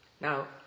Now